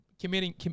committing